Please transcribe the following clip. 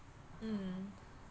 mm